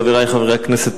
חברי חברי הכנסת,